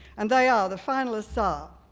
and they are, the finalists ah are,